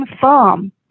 farm